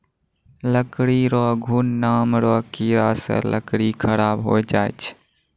लकड़ी रो घुन नाम रो कीड़ा से लकड़ी खराब होय जाय छै